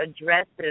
addresses